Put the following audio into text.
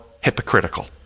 hypocritical